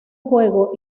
fuego